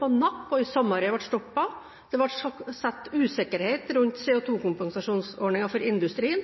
på Napp og Sommarøy ble stoppet, det ble skapt usikkerhet rundt CO2-kompensasjonsordningen for industrien,